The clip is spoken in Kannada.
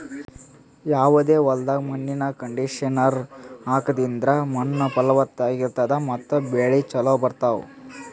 ಯಾವದೇ ಹೊಲ್ದಾಗ್ ಮಣ್ಣಿನ್ ಕಂಡೀಷನರ್ ಹಾಕದ್ರಿಂದ್ ಮಣ್ಣ್ ಫಲವತ್ತಾಗಿ ಇರ್ತದ ಮತ್ತ್ ಬೆಳಿ ಚೋಲೊ ಬರ್ತಾವ್